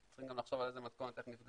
צריכים גם לחשוב על מתכונת איך נפגשים.